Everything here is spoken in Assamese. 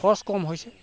খৰচ কম হৈছে